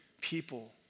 people